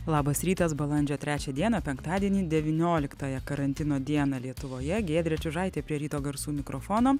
labas rytas balandžio trečią dieną penktadienį devynioliktąją karantino dieną lietuvoje giedrė čiužaitė prie ryto garsų mikrofono